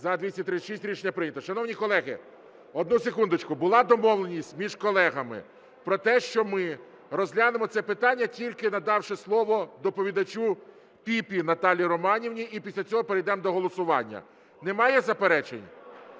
За-236 Рішення прийнято. Шановні колеги, одну секундочку, була домовленість між колегами про те, що ми розглянемо це питання, тільки надавши слово доповідачу Піпі Наталії Романівні, і після цього перейдемо до голосування. Немає заперечень?